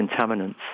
contaminants